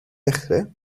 dechrau